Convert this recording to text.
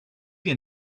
your